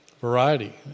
variety